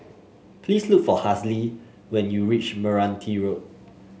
please look for Hazle when you reach Meranti Road